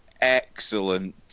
excellent